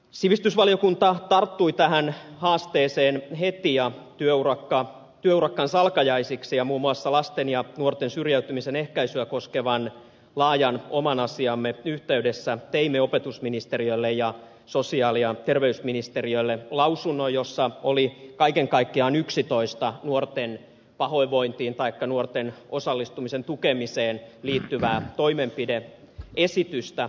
sivistysvaliokunta tarttui tähän haasteeseen heti ja työurakkamme alkajaisiksi muun muassa lasten ja nuorten syrjäytymisen ehkäisyä koskevan laajan oman asiamme yhteydessä teimme opetusministeriölle ja sosiaali ja terveysministeriölle lausunnon jossa oli kaiken kaikkiaan yksitoista nuorten pahoinvointiin taikka nuorten osallistumisen tukemiseen liittyvää toimenpide esitystä